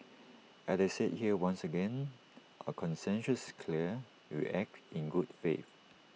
as I said here once again our conscience is clear we acted in good faith